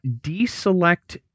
deselect